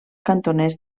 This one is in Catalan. cantoners